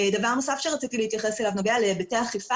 דבר נוסף שרציתי להתייחס אליו נוגע להיבטי אכיפה